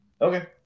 Okay